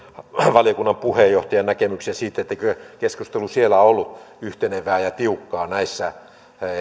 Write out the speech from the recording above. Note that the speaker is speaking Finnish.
valiokunnan puheenjohtajan näkemykseen kyllä keskustelu siellä on ollut yhtenevää ja tiukkaa näissä